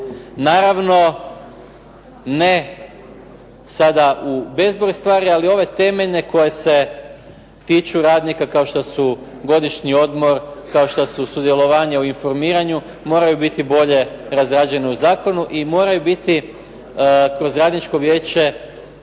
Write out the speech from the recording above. Naravno ne sada u bezbroj stvari ali ove temeljne koje se tiču radnika kao što su godišnji odmor, sudjelovanje u informiranju moraju biti bolje razrađene u zakonu i moraju biti kroz radničko vijeće